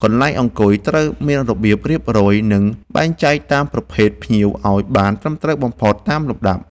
កន្លែងអង្គុយត្រូវមានរបៀបរៀបរយ និង បែងចែកតាមប្រភេទភ្ញៀវឱ្យបានត្រឹមត្រូវបំផុតតាមលំដាប់។